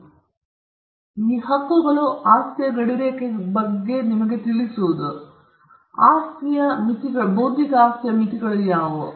ಮತ್ತು ನೀವು ಓದುತ್ತಿದ್ದಾಗ ಈ ಹಕ್ಕುಗಳು ಆಸ್ತಿಯ ಗಡಿರೇಖೆಗಳ ಬಗ್ಗೆ ನಿಮಗೆ ತಿಳಿಸುವವು ಆಸ್ತಿಯ ಮಿತಿಗಳು ಯಾವುವು